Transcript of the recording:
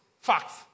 Facts